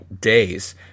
days